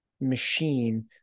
machine